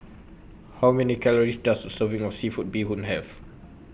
How Many Calories Does A Serving of Seafood Bee Hoon Have